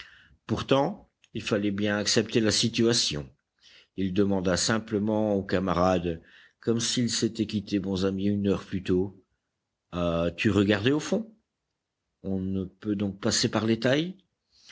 pourtant il fallait bien accepter la situation il demanda simplement au camarade comme s'ils s'étaient quittés bons amis une heure plus tôt as-tu regardé au fond on ne peut donc passer par les tailles